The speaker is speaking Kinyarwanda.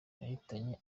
yahitanye